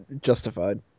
justified